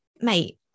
mate